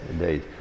Indeed